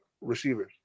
receivers